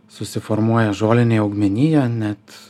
susiformuoja žolinė augmenija net